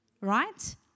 Right